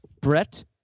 Brett